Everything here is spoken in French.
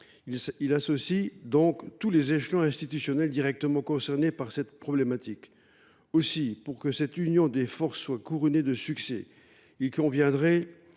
Il associe ainsi tous les échelons institutionnels directement concernés par cette problématique. Aussi, pour que cette union des forces soit couronnée de succès, il conviendrait